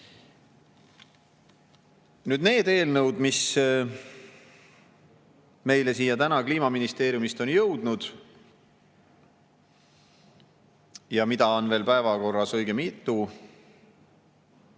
Need eelnõud, mis meile siia täna Kliimaministeeriumist on jõudnud ja mida on meil päevakorras õige mitu,